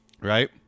right